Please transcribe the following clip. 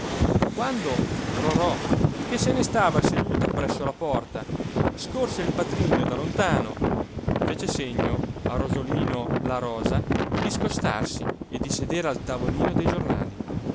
quando rorò che se ne stava seduta presso la porta scorse il patrigno da lontano fece segno a rosolino la rosa di scostarsi e di sedere al tavolino dei giornali